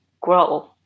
grow